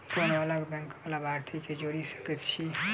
कोना अलग बैंकक लाभार्थी केँ जोड़ी सकैत छी?